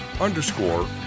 underscore